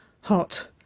Hot